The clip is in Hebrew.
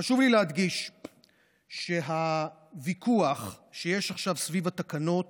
חשוב לי להדגיש שהוויכוח שיש עכשיו סביב התקנות